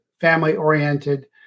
family-oriented